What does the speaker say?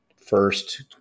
first